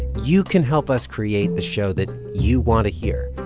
you can help us create the show that you want to hear.